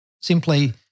Simply